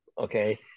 okay